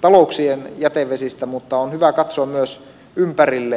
talouksien jätevesistä niin on hyvä katsoa myös ympärilleen